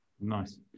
Nice